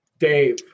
Dave